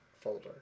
folder